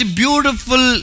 beautiful